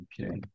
Okay